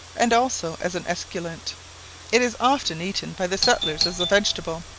and also as an esculent it is often eaten by the settlers as a vegetable,